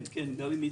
כן, גרים איתי.